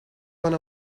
one